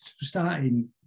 starting